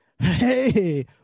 Hey